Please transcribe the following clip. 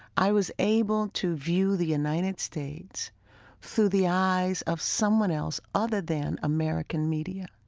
i was able to view the united states through the eyes of someone else other than american media.